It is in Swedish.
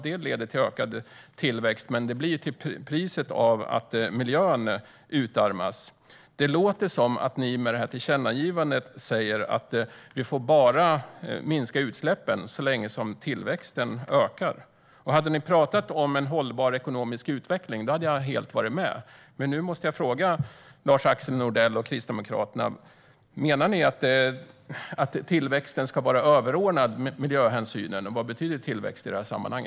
Det leder till ökad tillväxt, men till priset av att miljön utarmas. Det låter som att ni med detta tillkännagivande säger att vi bara får minska utsläppen så länge som tillväxten ökar. Hade ni talat om en hållbar ekonomisk utveckling hade jag helt varit med, men nu måste jag fråga Lars-Axel Nordell och Kristdemokraterna: Menar ni att tillväxten ska vara överordnad miljöhänsynen? Vad betyder tillväxt i detta sammanhang?